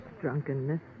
drunkenness